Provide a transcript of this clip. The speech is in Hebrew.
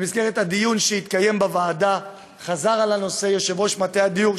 במסגרת הדיון שהתקיים בוועדה חזר על הנושא יושב-ראש מטה הדיור,